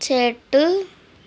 చెట్టు